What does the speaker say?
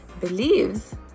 believes